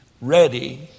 Ready